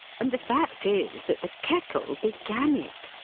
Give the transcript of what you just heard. and the fact is, that the kettle began it,